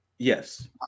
Yes